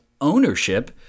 ownership